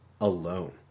alone